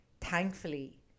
thankfully